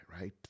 right